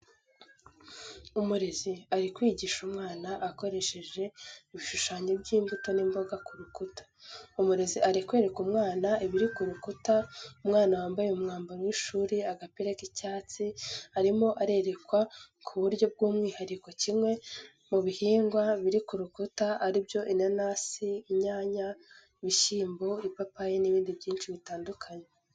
Umurezi ari kwigisha umwana akoresheje ibishushanyo by’imbuto n’imboga ku rukuta. Umurezi ari kwereka umwana ibiri ku rukuta. Umwana wambaye umwambaro w’ishuri agapira k’icyatsi arimo arerekwa ku buryo bw'umwihariko kimwe mubihingwa biri kurukuta aribyo inanasi, inyanya ,ibishyimbo ,ipapayi n'ibindi byinshi bitandukanye.